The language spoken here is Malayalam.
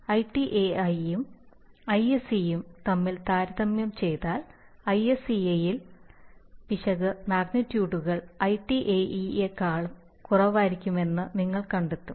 ITAEയും ISEയും തമ്മിൽ താരതമ്യം ചെയ്താൽ ISEയിൽ പിശക് മാഗ്നിറ്റ്യൂഡുകൾ ITAEയേക്കാൾ കുറവായിരിക്കുമെന്ന് നിങ്ങൾ കണ്ടെത്തും